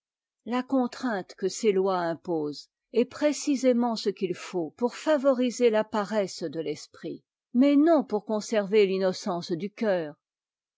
la contrainte que ces lois imposent est précisément ce qu'il faut pour favoriser la paresse de l'esprit mais non pour conserver l'innocence du cœur